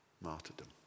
martyrdom